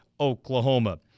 Oklahoma